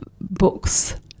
books